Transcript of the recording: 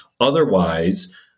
Otherwise